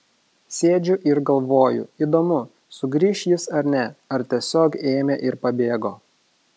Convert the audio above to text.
sėdžiu ir galvoju įdomu sugrįš jis ar ne ar tiesiog ėmė ir pabėgo